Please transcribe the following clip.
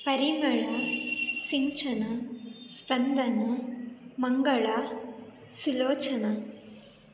Parimala Sinchana Spandana Mangala Sulochana